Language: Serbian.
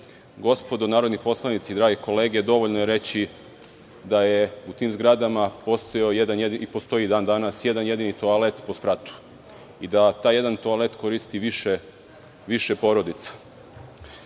Gospodo narodni poslanici, drage kolege, dovoljno je reći da je u tim zgradama postojao i dan danas postoji jedan jedini toalet po spratu i da taj jedini toalet koristi više porodica. Vlada